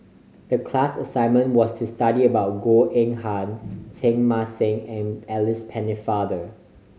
the class assignment was to study about Goh Eng Han Teng Mah Seng and Alice Pennefather